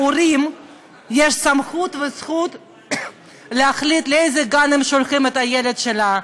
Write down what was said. להורים יש סמכות וזכות להחליט לאיזה גן הם שולחים את הילד שלהם,